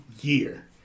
year